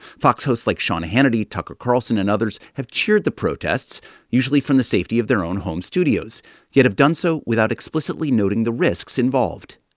fox hosts like sean hannity, tucker carlson and others have cheered the protests usually from the safety of their own home studios yet have done so without explicitly noting the risks involved.